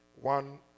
one